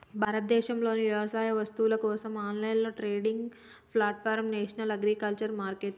భారతదేశంలోని వ్యవసాయ వస్తువుల కోసం ఆన్లైన్ ట్రేడింగ్ ప్లాట్ఫారమే నేషనల్ అగ్రికల్చర్ మార్కెట్